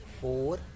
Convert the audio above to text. four